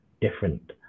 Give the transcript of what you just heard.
different